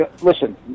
Listen